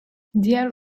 diğer